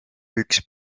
üks